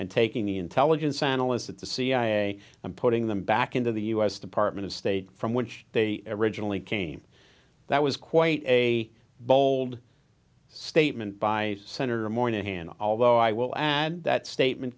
and taking the intelligence analysts at the cia and putting them back into the u s department of state from which they originally came that was quite a bold statement by senator moynihan although i will add that statement